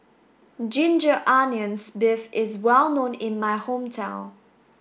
ginger onions beef is well known in my hometown